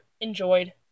enjoyed